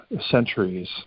centuries